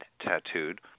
tattooed